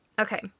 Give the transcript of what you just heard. Okay